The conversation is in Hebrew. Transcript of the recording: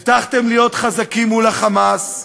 הבטחתם להיות חזקים מול ה"חמאס",